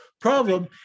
problem